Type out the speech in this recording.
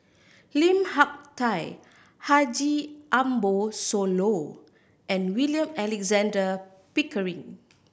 Lim Hak Tai Haji Ambo Sooloh and William Alexander Pickering